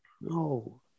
No